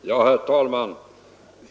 Herr talman!